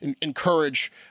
encourage